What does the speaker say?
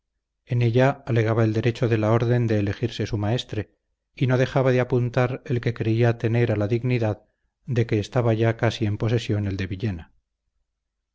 en ella alegaba el derecho de la orden de elegirse su maestre y no dejaba de apuntar el que creía tener a la dignidad de que estaba ya casi en posesión el de villena